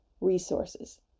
resources